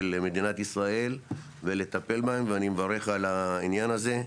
מדינת ישראל ולטפל בהם ואני מברך על העניין הזה.